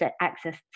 access